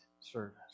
service